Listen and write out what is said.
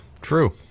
True